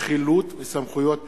(חילוט וסמכויות פיקוח),